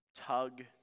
tug